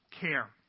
care